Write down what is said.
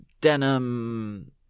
denim